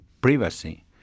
privacy